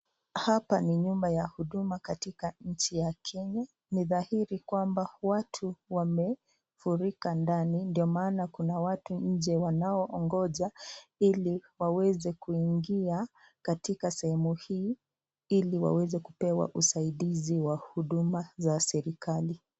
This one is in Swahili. Hapa ni ndani ya nyumba ya huduma katika nchi ya Kenya, ni dhahiri kwamba watu wamefurika ndani ndio maana kuna watu ndani wanaoongoja ili waweze kuingia katika sehemu hii ili waweze kupewa usaidi wa huduma za serikali.